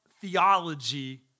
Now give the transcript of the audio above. theology